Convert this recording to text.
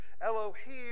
Elohim